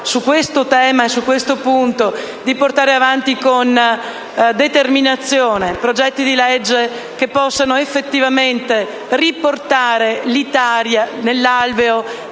il collega Vaccari, di portare avanti con determinazione progetti di legge che possano effettivamente riportare l'Italia nell'alveo